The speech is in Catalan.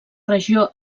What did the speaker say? regió